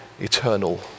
eternal